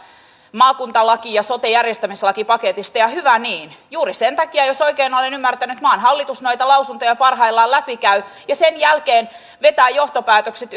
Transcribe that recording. maakuntalaki ja sote järjestämislakipaketista ja hyvä niin juuri sen takia jos oikein olen ymmärtänyt maan hallitus näitä lausuntoja parhaillaan läpikäy ja sen jälkeen vetää johtopäätökset